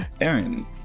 aaron